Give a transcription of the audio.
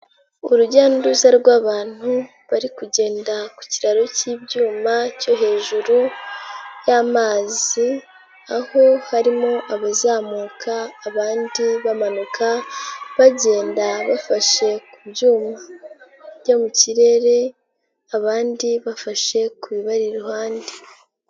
urujya n'uruza rw'abantu, bari kugenda ku kiraro cy'ibyuma cyo hejuru y'amazi, aho harimo abazamuka, abandi bamanuka, bagenda bafashe ku byuma bijya mu kirere, abandi bafashe ku bibari iruhande.